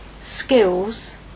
skills